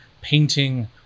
painting